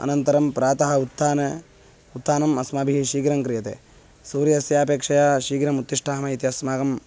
अनन्तरं प्रातः उत्थाने उत्थानम् अस्माभिः शीघ्रं क्रियते सूर्यस्य अपेक्षया शीघ्रम् उत्तिष्ठामः इति अस्माकम्